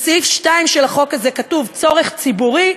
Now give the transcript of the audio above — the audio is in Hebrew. בסעיף 2 של החוק הזה כתוב "צורך ציבורי",